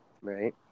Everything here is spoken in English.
Right